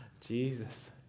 Jesus